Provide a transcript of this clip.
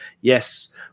yes